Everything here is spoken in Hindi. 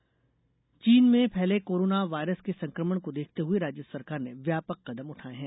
कोरोना वायरस चीन में फैले कोरोना वायरस के संकमण को देखते हुए राज्य सरकार ने व्यापक कदम उठाये हैं